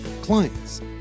clients